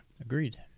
Agreed